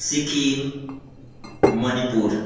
Sikkim Manipur